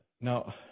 Now